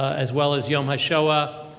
as well as yom hashoah,